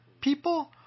people